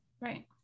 Right